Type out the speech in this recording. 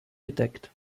gedeckt